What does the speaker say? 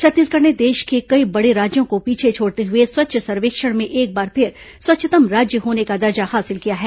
छत्तीसगढ़ ने देश के कई बड़े राज्यों को पीछे छोड़ते हुए स्वच्छ सर्वेक्षण में एक बार फिर स्वच्छतम राज्य होने का दर्जा हासिल किया है